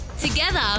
Together